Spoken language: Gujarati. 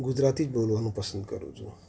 ગુજરાતી જ બોલવાનું પસંદ કરું છું